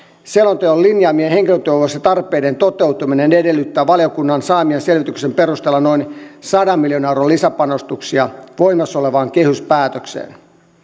selonteon linjaamien henkilötyövuositarpeiden toteutuminen edellyttää valiokunnan saamien selvityksien perusteella noin sadan miljoonan euron lisäpanostuksia voimassa olevaan kehyspäätökseen